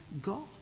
God